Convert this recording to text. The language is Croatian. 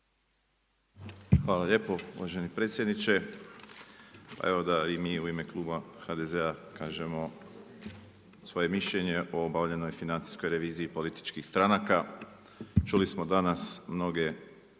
Hvala lijepo uvaženi predsjedniče. Evo da i mi u ime Kluba HDZ-a kažemo svoje mišljenje o obavljanoj financijskoj reviziji političkih stranaka. Čuli smo danas mnoge